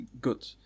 good